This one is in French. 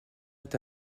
est